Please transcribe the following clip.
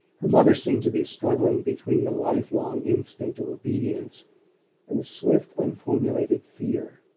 her mother seemed to be struggling between the life-long instinct of obedience and a swift unformulated fear.